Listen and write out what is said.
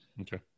okay